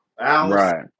Right